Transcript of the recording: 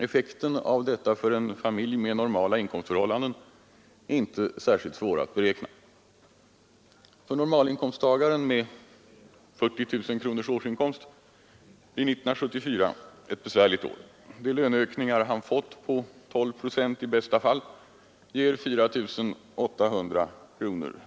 Effekten av detta för en familj med normala inkomstförhållanden är inte särskilt svår att beräkna. För normalinkomsttagaren med ca 40 000 kronor i årsinkomst blir 1974 ett besvärligt år. De löneökningar han fått på i bästa fall 12 procent ger 4 800 kronor.